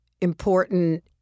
important